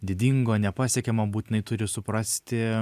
didingo nepasiekiamo būtinai turi suprasti